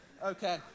Okay